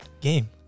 Game